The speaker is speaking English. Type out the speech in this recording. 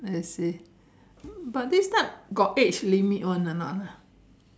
I see but this type got age limit [one] or not ah